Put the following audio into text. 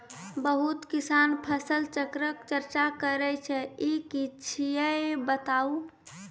बहुत किसान फसल चक्रक चर्चा करै छै ई की छियै बताऊ?